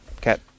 Cat